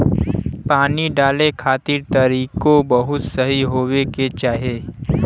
पानी डाले खातिर तरीकों बहुते सही होए के चाही